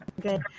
good